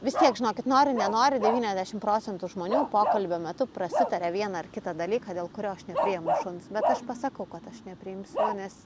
vis tiek žinokit nori nenori devyniasdešim procentų žmonių pokalbio metu prasitarė vieną ar kitą dalyką dėl kurio aš nepriimu šuns bet aš pasakau kad aš nepriimsiu nes